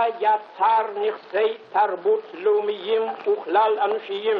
בה יצר נכסי תרבות לאומיים וכלל-אנושיים